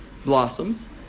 blossoms